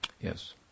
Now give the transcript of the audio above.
Yes